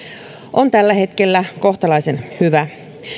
on tällä hetkellä kohtalaisen hyvä